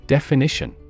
Definition